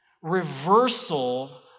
Reversal